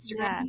Instagram